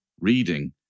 reading